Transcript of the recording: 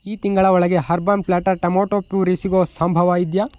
ಈ ತಿಂಗಳ ಒಳಗೆ ಅರ್ಬನ್ ಪ್ಲ್ಯಾಟರ್ ಟೊಮ್ಯಾಟೋ ಪ್ಯೂರಿ ಸಿಗೋ ಸಂಭವ ಇದೆಯಾ